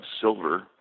silver